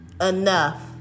enough